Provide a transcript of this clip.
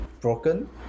broken